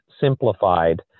simplified